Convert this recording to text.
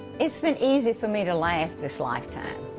it's been easy for me to last this lifetime.